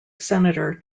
senator